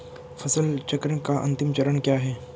फसल चक्र का अंतिम चरण क्या है?